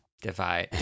divide